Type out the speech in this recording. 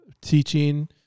teaching